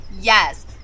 yes